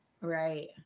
Right